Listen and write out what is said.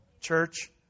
church